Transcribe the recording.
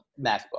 MacBook